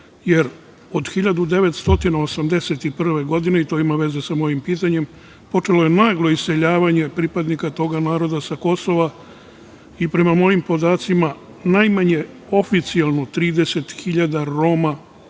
jer od 1981. godine, i to ima veze sa mojim pitanjem, počelo je naglo iseljavanje pripadnika toga naroda sa Kosova i prema mojim podacima najmanje, oficijelno, 30.000 Roma